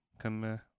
Come